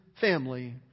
family